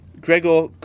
Gregor